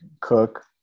Cook